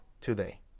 today